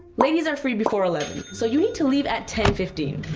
ladies are free before eleven. so you need to leave at ten fifteen.